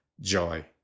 joy